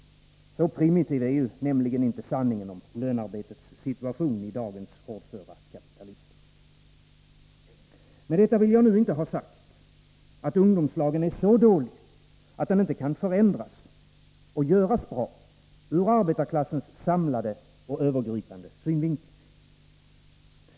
Så primitiv är nämligen inte sanningen om lönarbetets situation i dagens hårdföra kapitalism. Med detta vill jag inte ha sagt att ungdomslagen är så dålig att den inte kan förändras och göras bra ur arbetarklassens samlade och övergripande synvinkel.